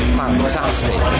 fantastic